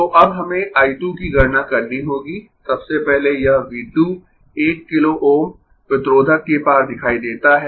तो अब हमें I 2 की गणना करनी होगी सबसे पहले यह V 2 1 किलो Ω प्रतिरोधक के पार दिखाई देता है